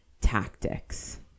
tactics